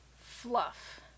fluff